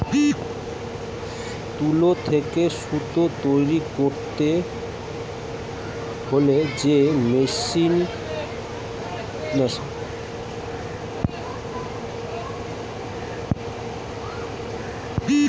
তুলো থেকে সুতো তৈরী করতে হলে যে যন্ত্র লাগে তাকে বলে স্পিনিং মেশিন